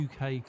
UK